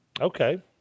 okay